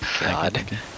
god